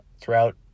throughout